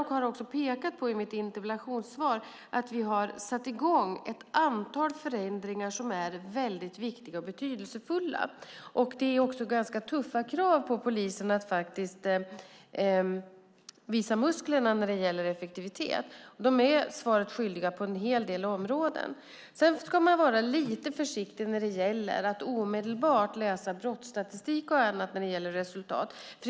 Jag pekade också i mitt interpellationssvar på att vi har satt i gång ett antal viktiga och betydelsefulla förändringar. Det är tuffa krav på polisen att faktiskt visa musklerna när det gäller effektivitet. Man är svaret skyldig på en hel del områden. Vi ska vara lite försiktiga med att omedelbart utläsa resultat i brottsstatistik.